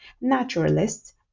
naturalists